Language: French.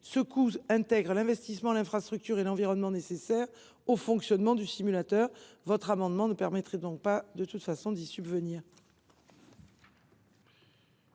Il intègre l’investissement, l’infrastructure et l’environnement nécessaires au fonctionnement du simulateur. Votre amendement ne permettrait donc pas de couvrir